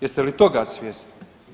Jeste li toga svjesni?